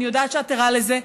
אני יודעת שאתה ערה לזה.